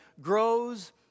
grows